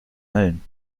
mölln